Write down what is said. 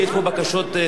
כי יש פה בקשות סותרות,